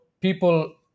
people